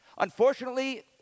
Unfortunately